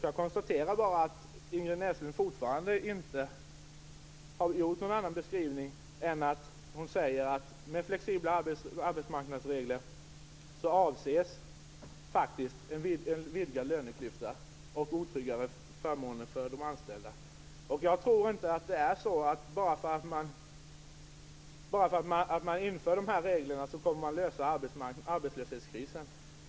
Jag konstaterar att Ingrid Näslund fortfarande inte har gjort någon annan beskrivning av flexibla arbetsmarknadsregler än att därmed avses vidgade löneklyftor och otryggare förmåner för de anställda. Jag tror inte att man bara genom att införa de här reglerna kommer till rätta med arbetslöshetskrisen.